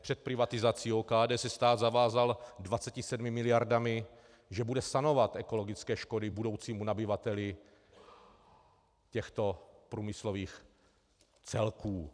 Před privatizací OKD se stát zavázal 27 miliardami, že bude sanovat ekologické škody budoucímu nabyvateli těchto průmyslových celků.